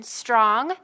strong